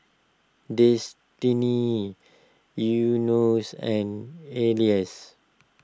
Destinee Enos and